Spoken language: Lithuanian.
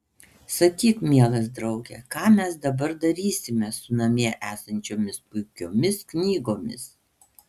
sakyk mielas drauge ką mes dabar darysime su namie esančiomis puikiomis knygomis